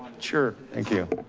sure. thank you.